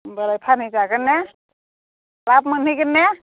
होमबालाय फानहैजागोन ना लाब मोनहैगोन ना